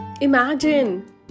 Imagine